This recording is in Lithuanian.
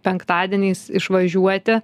penktadieniais išvažiuoti